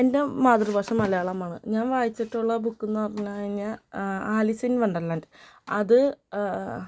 എൻ്റെ മാതൃഭാഷ മലയാളമാണ് ഞാൻ വായിച്ചിട്ടുള്ള ബുക്കെന്ന് പറഞ്ഞുകഴിഞ്ഞാല് ആലീസ് ഇൻ വണ്ടർലാൻഡ് അത്